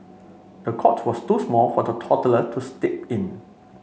the cot was too small for the toddler to sleep in